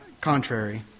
contrary